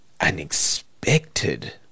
unexpected